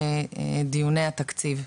בדיוני התקציב,